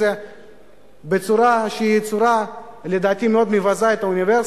זה בצורה שלדעתי היא צורה שמאוד מבזה את האוניברסיטה,